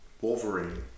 Wolverine